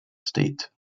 state